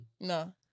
No